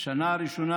בשנה הראשונה,